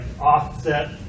offset